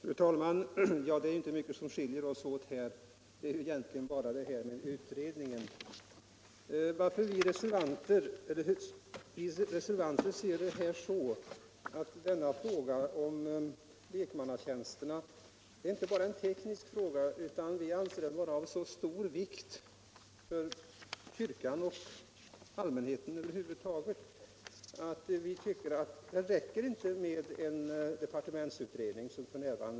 Fru talman! Det är inte mycket som skiljer oss åt — egentligen bara detta med utredningen. Vi reservanter anser att lek mannatjänsterna inte enbart är en teknisk fråga utan en fråga av så stor vikt för kyrkan och allmänheten över huvud taget att det inte räcker med den departementsutredning som f. n. pågår.